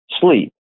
sleep